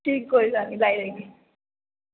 ठीक ऐ कोई गल्ल निं मंगवाई दिन्नी आं